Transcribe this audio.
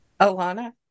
Alana